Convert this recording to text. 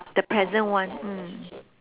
the present one mm